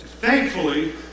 Thankfully